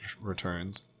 returns